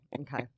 okay